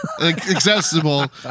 accessible